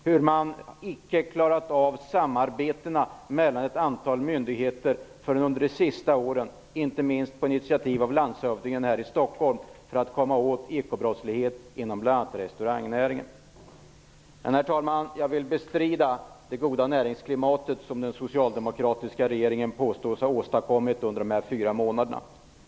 Man har icke klarat av samarbetet mellan ett antal myndigheter förrän under de senaste åren, inte minst efter initiativ av landshövdingen här i Stockholm för att komma åt ekobrottslighet inom bl.a. restaurangnäringen. Herr talman! Jag vill bestrida det goda näringsklimat som den socialdemokratiska regeringen påstår sig ha åstadkommit under dessa fyra månader.